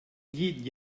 llit